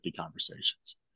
conversations